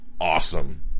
awesome